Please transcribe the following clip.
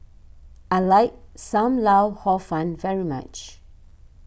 I like Sam Lau Hor Fun very much